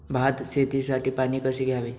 भात शेतीसाठी पाणी कसे द्यावे?